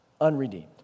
unredeemed